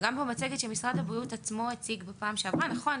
גם במצגת שמשרד הבריאות עצמו הציג בפעם שעברה נכון,